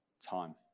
time